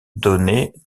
donner